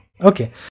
okay